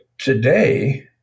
Today